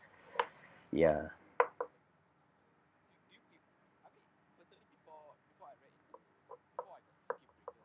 ya